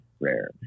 rare